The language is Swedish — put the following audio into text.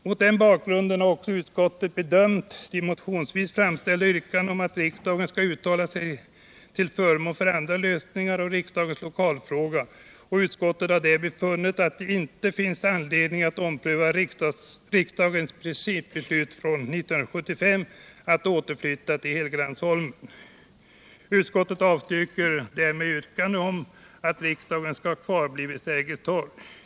Mot den bakgrunden har utskottet bedömt de motionsvis framställda yrkandena om att riksdagen skall uttala sig till förmån för andra lösningar av riksdagens lokalfråga. Utskottet har därvid funnit att det inte finns anledning att ompröva riksdagens principbeslut 1975 att återflytta till Helgeandsholmen. Utskottet avstyrker därmed yrkandena om att riksdagen skall kvarbli vid Sergels torg.